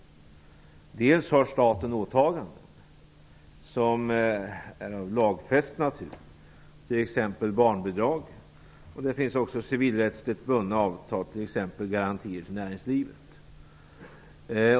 Staten har ju åtaganden av lagfäst natur, t.ex. barnbidragen. Det finns också civilrättsligt bundna avtal, t.ex. garantier till näringslivet.